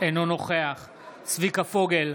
אינו נוכח צביקה פוגל,